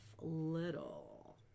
Little